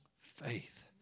faith